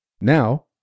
Now